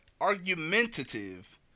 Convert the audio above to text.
argumentative